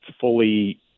fully